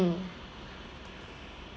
mm